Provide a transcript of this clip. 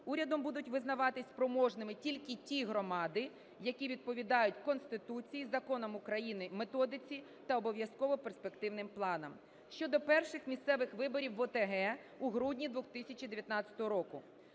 Урядом будуть визнаватись спроможними тільки ті громади, які відповідають Конституції, законам України, методиці та обов'язково перспективним планам. Щодо перших місцевих виборів в ОТГ у грудні 2019 року.